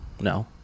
no